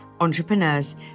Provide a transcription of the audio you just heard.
entrepreneurs